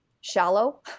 shallow